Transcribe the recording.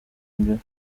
imbere